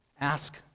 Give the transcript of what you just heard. Ask